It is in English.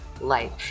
life